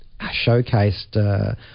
showcased